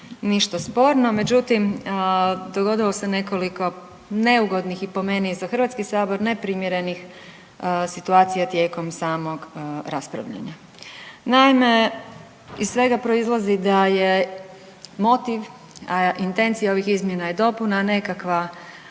ništa sporno, međutim dogodilo se nekoliko neugodnih i po meni za HS neprimjerenih situacija tijekom samog raspravljanja. Naime, iz svega proizlazi da je motiv, intencija ovih izmjena je dopuna nekakva,